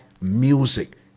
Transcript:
music